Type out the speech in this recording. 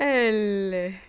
eh leh